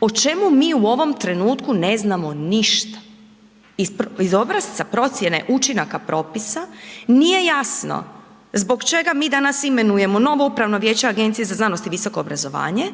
o čemu mi u ovom trenutku ne znamo ništa. I obrasca procjene učinaka propisa, nije jasno zbog čega mi danas imenujemo novo upravno vijeće Agencije za znanost i visoko obrazovanje